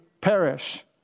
perish